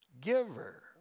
giver